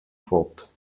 fort